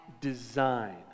design